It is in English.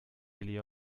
really